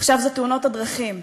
עכשיו זה תאונות הדרכים.